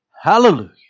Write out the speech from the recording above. Hallelujah